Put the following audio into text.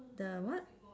the what